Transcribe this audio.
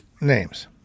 names